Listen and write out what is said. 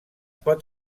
pot